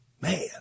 man